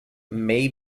may